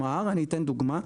אני אתן דוגמה,